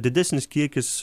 didesnis kiekis